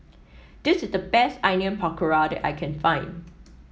this is the best Onion Pakora that I can find